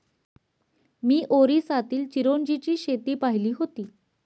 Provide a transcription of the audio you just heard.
मी ओरिसातील चिरोंजीची शेती पाहिली होती